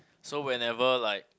so whenever like